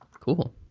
cool